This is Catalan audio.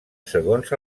segons